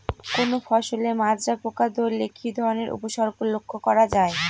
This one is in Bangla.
কোনো ফসলে মাজরা পোকা ধরলে কি ধরণের উপসর্গ লক্ষ্য করা যায়?